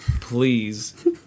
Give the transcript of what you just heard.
please